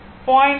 2 0